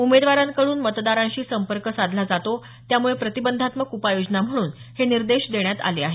उमेदवारांकडून मतदारांशी संपर्क साधला जातो त्यामुळे प्रतिबंधात्मक उपाय योजना म्हणून हे निर्देश देण्यात आले आहेत